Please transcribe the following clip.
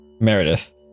Meredith